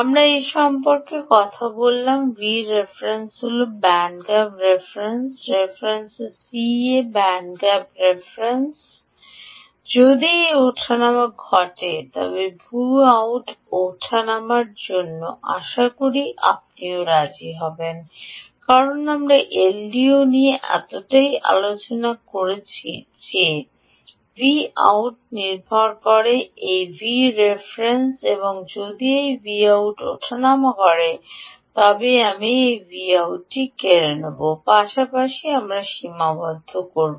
আমরা এ সম্পর্কে কথা বললাম Vref হল ব্যান্ড গ্যাপ রেফারেন্স রেফারেন্সে সিএ ব্যান্ড গ্যাপ রেফারেন্স ভোল্টেজ যদি এই ওঠানামা ঘটে তবে Vout ওঠানামা করবে আশা করি আপনিও রাজি হবেন কারণ আমরা এলডিও নিয়ে এতটাই আলোচনা করে চলেছি যে Vout নির্ভর করে এই Vref এবং যদি এই এই Vout ওঠানামা করে আমরা একটি Vouকেড়ে নেব পাশাপাশি আমরা সীমাবদ্ধ করব